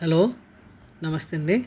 hello నమస్తే అండి